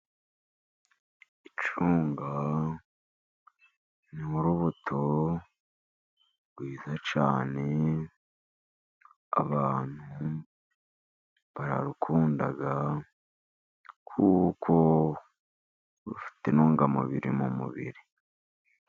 Icunga ni mu urubuto rwiza cyane, abantu bararukunda, kuko rufite intungamubiri mu mubiri.